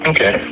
Okay